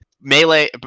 melee